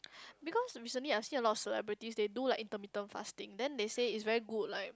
because recently I've seen a lot of celebrities they do like intermittent fasting then they say is very good like